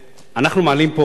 אנחנו מעלים פה,